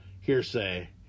hearsay